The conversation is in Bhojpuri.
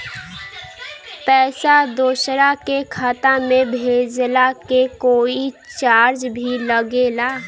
पैसा दोसरा के खाता मे भेजला के कोई चार्ज भी लागेला?